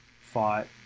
fought